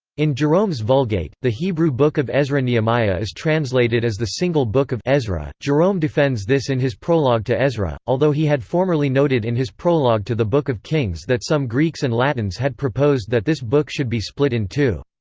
in jerome's vulgate, the hebrew book of ezra-nehemiah is translated as the single book of ezra. jerome defends this in his prologue to ezra, although he had formerly noted in his prologue to the book of kings that some greeks and latins had proposed that this book should be split in two.